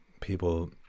people